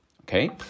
Okay